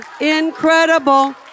Incredible